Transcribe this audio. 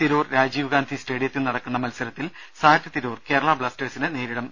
തിരൂർ രാജീവ്ഗാന്ധി സ്റ്റേഡിയത്തിൽ നടക്കുന്ന മത്സരത്തിൽ സാറ്റ് തിരൂർ കേരള ബ്ലാസ്റ്റേഴ്സിനെ നേരിടും